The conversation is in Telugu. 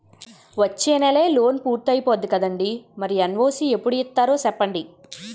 వచ్చేనెలే లోన్ పూర్తయిపోద్ది కదండీ మరి ఎన్.ఓ.సి ఎప్పుడు ఇత్తారో సెప్పండి